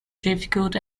difficult